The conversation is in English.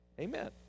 Amen